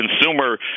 consumer